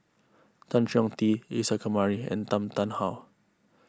Tan Chong Tee Isa Kamari and Tan Tarn How